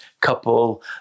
couple